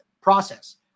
process